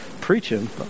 preaching